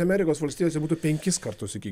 amerikos valstijose būtų penkis kartus iki